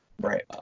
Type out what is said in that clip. Right